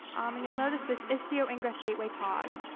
um and you'll notice this istio ingress gateway pod,